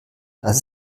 dass